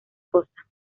cosa